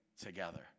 together